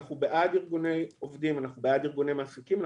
אנחנו בעד ארגוני עובדים ובעד ארגוני מעסיקים.